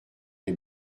les